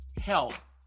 health